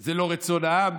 זה לא רצון העם,